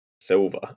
Silver